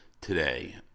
today